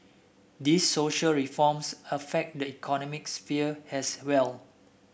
these social reforms affect the economic sphere as well